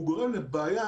הוא גורם לבעיה,